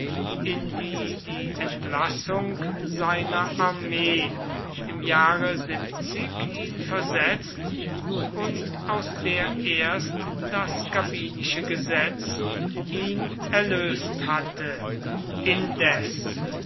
in die die entlassung seiner armee im jahre ihn versetzt und aus der erst das gabinische gesetz ihn erlöst hatte indes